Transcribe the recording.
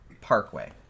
Parkway